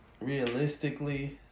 realistically